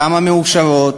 כמה מאושרות,